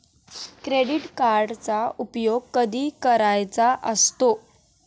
Credit कार्डचा उपयोग कधी करायचा असतो?